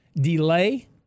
delay